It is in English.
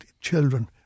children